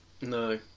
no